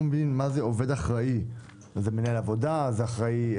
אחראי מכונות הוא אחראי.